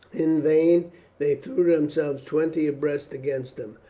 in vain they threw themselves twenty abreast against them.